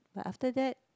but after that